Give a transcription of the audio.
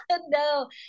No